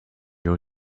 your